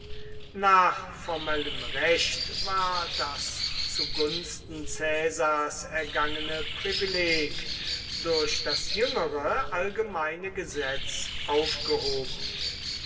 nach formellem recht war das zu gunsten caesars ergangene privileg durch das jüngere allgemeine gesetz aufgehoben